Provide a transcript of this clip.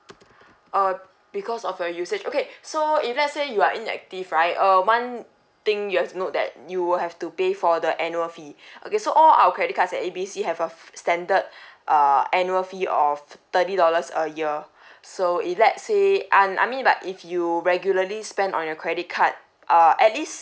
uh because of your usage okay so if let's say you are inactive right uh one thing you've to know that you will have to pay for the annual fee okay so all our credit cards at A B C have a standard uh annual fee of thirty dollars a year so if let's say I I mean like if you regularly spend on your credit card uh at least